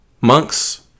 monks